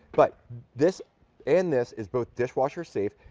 but this and this is both dishwasher-safe,